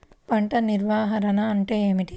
పంట నిర్వాహణ అంటే ఏమిటి?